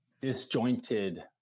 disjointed